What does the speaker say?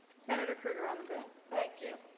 senator krueger on the bill. thank you.